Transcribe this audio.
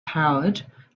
howard